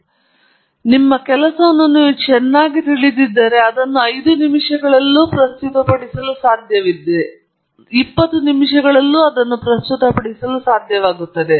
ಆದ್ದರಿಂದ ನಿಮ್ಮ ಕೆಲಸವನ್ನು ನೀವು ಚೆನ್ನಾಗಿ ತಿಳಿದಿದ್ದರೆ ನೀವು ಅದನ್ನು 5 ನಿಮಿಷಗಳಲ್ಲಿ ಪ್ರಸ್ತುತಪಡಿಸಲು ಸಾಧ್ಯವಾಗುತ್ತದೆ 20 ನಿಮಿಷಗಳಲ್ಲಿ ಅದನ್ನು ಪ್ರಸ್ತುತಪಡಿಸಲು ನಿಮಗೆ ಸಾಧ್ಯವಾಗುತ್ತದೆ ನೀವು ಅದನ್ನು ಒಂದು ಗಂಟೆಯಲ್ಲಿ ಪ್ರಸ್ತುತಪಡಿಸಲು ಸಾಧ್ಯವಾಗುತ್ತದೆ